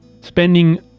spending